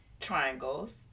triangles